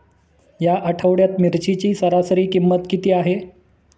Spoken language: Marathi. या आठवड्यात मिरचीची सरासरी किंमत किती आहे?